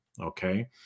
okay